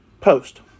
post